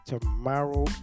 tomorrow